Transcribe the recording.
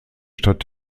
stadt